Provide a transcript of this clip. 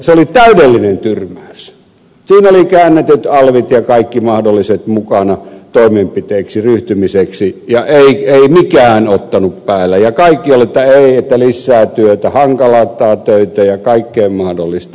siinä oli käännetyt alvit ja kaikki mahdolliset mukana toimenpiteisiin ryhtymiseksi ja ei mikään ottanut päälle ja kaikki oli että ei että lissää työtä hankaloittaa töitä ja kaikkea mahdollista